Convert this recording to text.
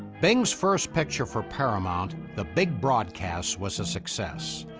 bing's first picture for paramount, the big broadcast, was a success.